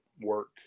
work